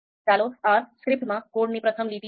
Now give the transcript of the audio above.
ચાલો R સ્ક્રિપ્ટમાં કોડની પ્રથમ લીટી જોઈએ